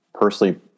personally